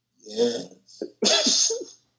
Yes